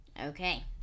Okay